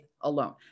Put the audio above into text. alone